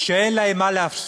שאין להם מה להפסיד,